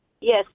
Yes